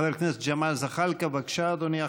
חבר הכנסת ג'מאל זחאלקה, בבקשה, אדוני.